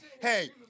hey